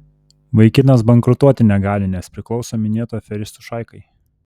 vaikinas bankrutuoti negali nes priklauso minėtų aferistų šaikai